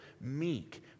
meek